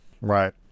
right